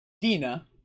Dina